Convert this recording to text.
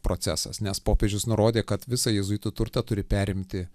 procesas nes popiežius nurodė kad visą jėzuitų turtą turi perimti